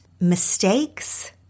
mistakes